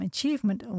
Achievement